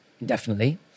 indefinitely